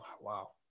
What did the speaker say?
wow